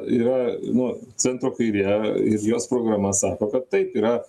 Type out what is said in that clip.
yra nu centro kairė ir jos programa sako kad taip yra